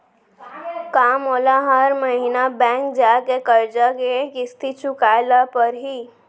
का मोला हर महीना बैंक जाके करजा के किस्ती चुकाए ल परहि?